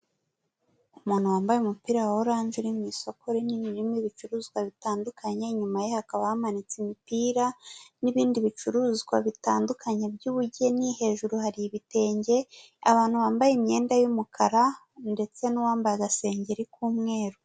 Umuntu wambaye umupira wa oranje uri mu isoko rinini rimo ibicuruzwa bitandukanye, inyuma ye hakaba hamanitse imipira n'ibindi bicuruzwa bitandukanye byubugeni, hejuru hari ibitenge, abantu bambaye imyenda y'umukara ndetse n'uwambaza agasengeri k'umweru.